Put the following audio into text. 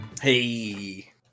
Hey